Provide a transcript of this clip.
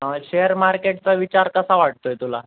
share मार्केटचा विचार कसा वाटतोय तुला